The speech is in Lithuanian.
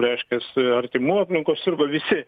reiškias artimų aplinkoj sirgo visi